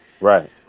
Right